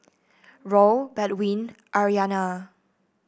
Raul Baldwin Aryana